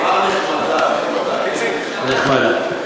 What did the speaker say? הוא אמר "נחמדה" נחמדה.